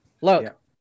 Look